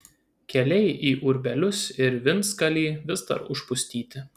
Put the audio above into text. keliai į urbelius ir vincgalį vis dar užpustyti